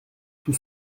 tout